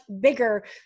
bigger